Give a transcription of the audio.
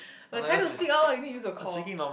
we're trying to speak out ah you need to use a call